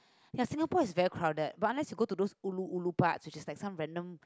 ya Singapore is very crowded but unless you go to those ulu ulu part which is like some random